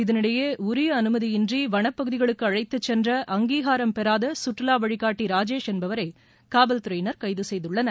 இதளிடையே உரிய அனுமதியின்றி வனப்பகுதிகளுக்கு அழைத்துச் சென்ற அங்கீகாரம் பெறாத சுற்றுலா வழிகாட்டி ராஜேஸ் என்பவரை காவல் துறையினர் கைது செய்துள்ளனர்